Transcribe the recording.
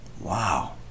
Wow